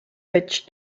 veig